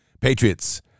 Patriots